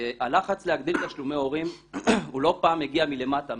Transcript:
הלחץ להגדיל תשלומי הורים הוא לא פעם מגיע מלמטה,